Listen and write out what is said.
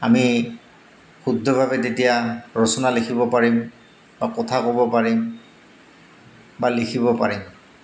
আমি শুদ্ধভাৱে তেতিয়া ৰচনা লিখিব পাৰিম বা কথা ক'ব পাৰিম বা লিখিব পাৰিম